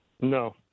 no